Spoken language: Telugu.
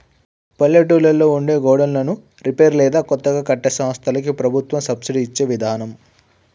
పల్లెటూళ్లలో ఉండే గోడన్లను రిపేర్ లేదా కొత్తగా కట్టే సంస్థలకి ప్రభుత్వం సబ్సిడి ఇచ్చే విదానం